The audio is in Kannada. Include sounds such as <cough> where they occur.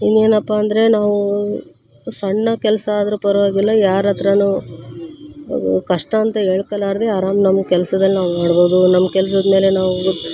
ಇನ್ನು ಏನಪ್ಪ ಅಂದರೆ ನಾವು ಸಣ್ಣ ಕೆಲಸ ಆದರೂ ಪರವಾಗಿಲ್ಲ ಯಾರ ಹತ್ರನೂ <unintelligible> ಕಷ್ಟ ಅಂತ ಹೇಳ್ಕಲಾರ್ದೆ ಆರಾಮ ನಮ್ಮ ಕೆಲ್ಸದಲ್ಲಿ ನಾವು ಮಾಡ್ಬೋದು ನಮ್ಮ ಕೆಲ್ಸದ ಮೇಲೆ ನಾವು